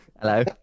Hello